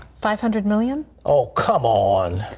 five hundred million? oh, come on.